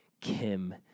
Kim